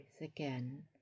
again